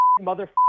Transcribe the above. mother